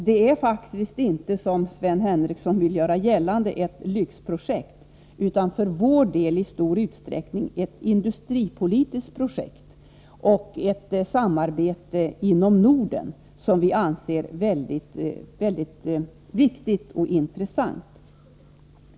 Detta är faktiskt inte, som Sven Henricsson vill göra gällande, ett lyxprojekt. Vi betraktar det i hög grad som ett industripolitiskt projekt, varvid det är fråga om ett viktigt och intressant samarbete inom Norden.